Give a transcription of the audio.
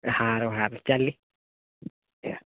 સારું સારું ચાલો એ હા